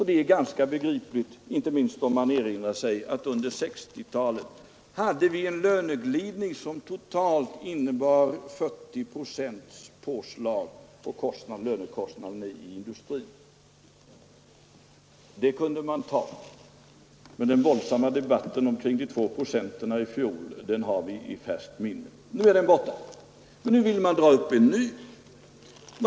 Det är ganska begripligt, inte minst om man erinrar sig att vi under 1960-talet hade en löneglidning, som totalt innebar omkring 40 procents påslag på lönekostnaderna inom industrin. Det kunde man ta. Men den våldsamma debatten i fjol om de 2 procentdelarna har vi i färskt minne. Nu är den borta men i stället vill man dra upp en ny debatt.